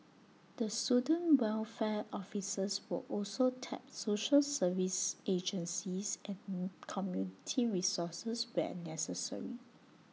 the student welfare officers will also tap social services agencies and community resources where necessary